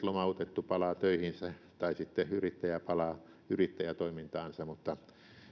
lomautettu palaa töihinsä tai yrittäjä palaa yrittäjätoimintaansa mutta